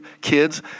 kids